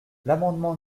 l’amendement